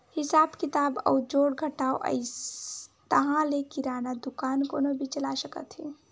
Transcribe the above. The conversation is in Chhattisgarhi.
हिसाब किताब अउ जोड़ घटाव अइस ताहाँले किराना दुकान कोनो भी चला सकत हे